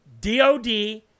DOD